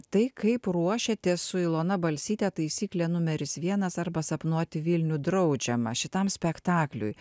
tai kaip ruošiatės su ilona balsyte taisyklė numeris vienas arba sapnuoti vilnių draudžiama šitam spektakliui